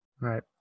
right